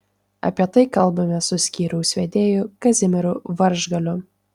apie tai kalbamės su skyriaus vedėju kazimieru varžgaliu